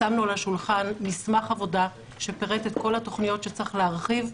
שמנו על השולחן מסמך עבודה שפירט את כל התוכניות שצריך להרחיב,